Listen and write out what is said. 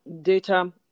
Data